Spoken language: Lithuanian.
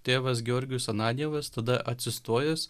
tėvas georgijus ananjevas tada atsistojąs